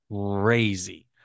crazy